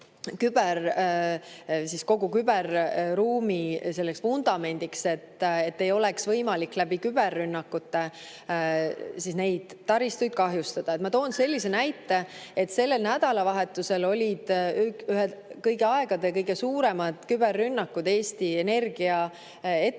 ja kogu küberruumi selliseks vundamendiks, et ei oleks võimalik küberrünnakutega neid taristuid kahjustada. Ma toon sellise näite, et sellel nädalavahetusel olid ühed kõigi aegade kõige suuremad küberrünnakud Eesti energiaettevõtete